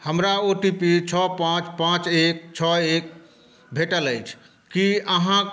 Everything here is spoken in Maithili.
हमरा ओ टी पी छओ पाँच पाँच एक छओ एक भेटल अछि की अहाँ